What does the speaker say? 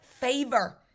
Favor